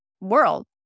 world